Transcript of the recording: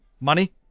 Money